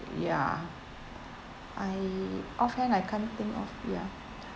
ya I often I can't think of ya